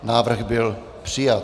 Návrh byl přijat.